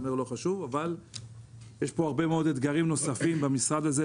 אבל יש הרבה מאוד אתגרים נוספים במשרד הזה.